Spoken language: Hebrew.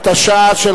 התש"ע 2010,